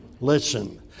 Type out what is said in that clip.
listen